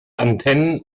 antennen